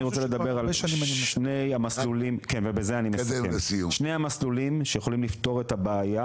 אני רוצה לדבר על שני המסלולים שיכולים לפתור הבעיה,